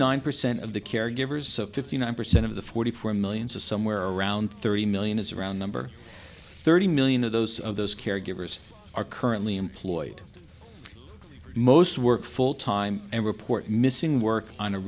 nine percent of the caregivers fifty nine percent of the forty four millions is somewhere around thirty million is around number thirty million of those of those caregivers are currently employed most work full time and report missing work on a